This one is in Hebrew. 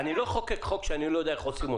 לא אחוקק חוק שאני לא יודע איך מיישמים אותו.